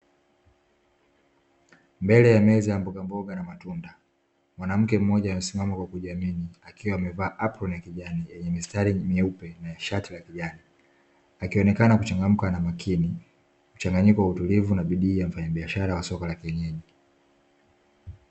Ndani ya soko la mboga mboga na matunda, mwanamke mmoja msimamo wa kujiamini akiwa amevaa apple na kijana nimestari nyeupe na shati la kijani akionekana kuchangamka ana makini mchanganyiko utulivu na bidii akaniambia biashara ya soko la kienyeji.